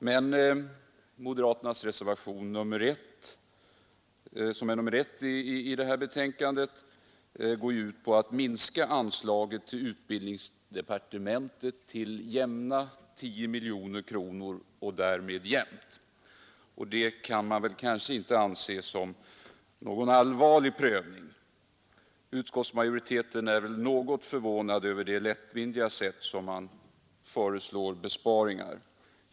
Men moderaternas reservation går ut på att minska anslaget till utbildningsdepartementet till 10 miljoner kronor och därmed jämnt. Det kan inte anses vara någon allvarlig prövning. Utskottsmajoriteten är något förvånad över detta lättvindiga sätt att föreslå besparingar.